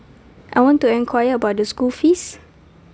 I want to enquire about the school fees